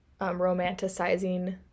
romanticizing